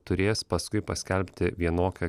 turės paskui paskelbti vienokią